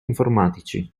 informatici